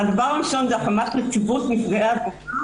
ההמלצה הראשונה היא הקמת נציבות נפגעי עבירה,